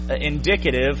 indicative